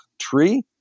tree